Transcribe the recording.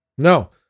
No